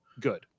good